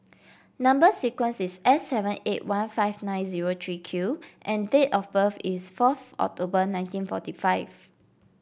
number sequence is S seven eight one five nine zero three Q and date of birth is fourth October nineteen forty five